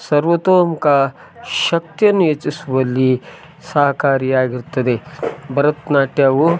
ಸರ್ವೊತೋಮುಖ ಶಕ್ತಿಯನ್ನು ಹೆಚ್ಚಿಸುವಲ್ಲಿ ಸಹಕಾರಿಯಾಗಿರುತ್ತದೆ ಭರತನಾಟ್ಯವು